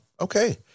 okay